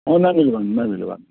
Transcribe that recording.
ନା ନା ମିଳିବନି ନାଇଁ ମିଳବା